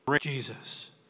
Jesus